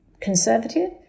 conservative